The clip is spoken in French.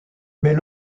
mais